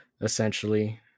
essentially